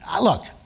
look